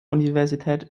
universität